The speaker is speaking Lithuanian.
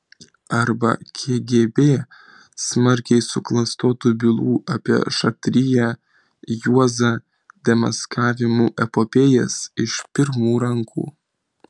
arba kgb smarkiai suklastotų bylų apie šatriją juozą demaskavimų epopėjas iš pirmų rankų